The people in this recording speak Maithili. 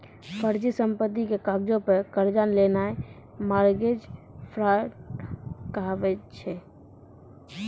फर्जी संपत्ति के कागजो पे कर्जा लेनाय मार्गेज फ्राड कहाबै छै